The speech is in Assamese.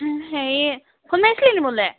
হেৰি বোলে